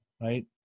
right